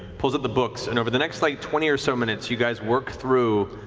pulls out the books and over the next like twenty or so minutes, you guys work through